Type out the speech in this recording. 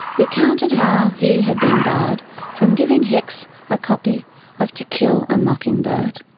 recounted how he had been barred from giving hicks a copy of to kill a mocking bird.